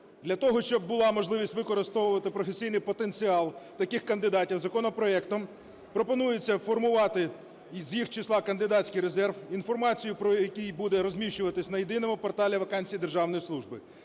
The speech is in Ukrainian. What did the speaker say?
Для того, щоб була можливість використовувати професійний потенціал таких кандидатів, законопроектом пропонується формувати із їх числа кандидатський резерв, інформацію по якій буде розміщуватися на єдиному порталі вакансій державної служби.